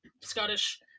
Scottish